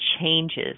changes